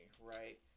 right